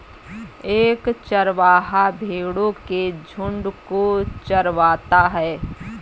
एक चरवाहा भेड़ो के झुंड को चरवाता है